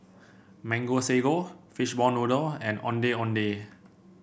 Mango Sago Fishball Noodle and Ondeh Ondeh